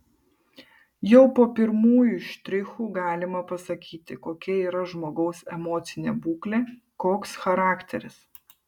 jau po pirmųjų štrichų galima pasakyti kokia yra žmogaus emocinė būklė koks charakteris